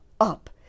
up